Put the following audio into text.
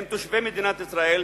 הם תושבי מדינת ישראל,